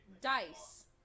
dice